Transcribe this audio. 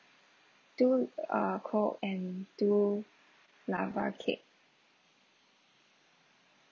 two uh coke and two lava cake